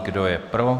Kdo je pro?